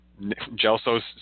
Gelso's